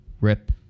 rip